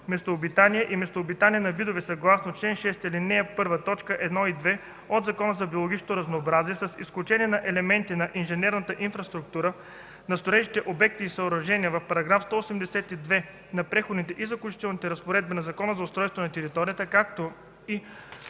местообитания и местообитания на видове съгласно чл. 6, ал. 1, т. 1 и 2 от Закона за биологичното разнообразие, с изключение на елементите на инженерната инфраструктура, на строежите, обектите и съоръженията от § 182 на Преходните и заключителни разпоредби на Закона за устройство на територията, както и